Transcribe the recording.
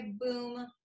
boom